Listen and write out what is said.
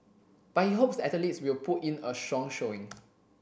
but he hopes the athletes will put in a strong showing